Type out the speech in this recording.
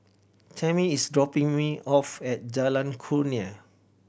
tammy is dropping me off at Jalan Kurnia